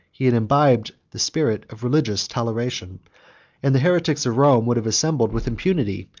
he had imbibed the spirit of religious toleration and the heretics of rome would have assembled with impunity,